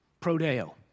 Prodeo